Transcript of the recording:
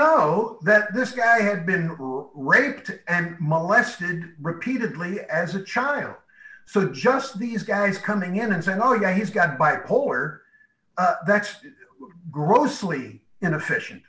know that this guy had been raped and molested repeatedly as a child so that just these guys coming in and saying oh yeah he's got bipolar that's grossly inefficient